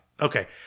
Okay